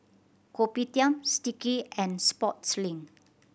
Kopitiam Sticky and Sportslink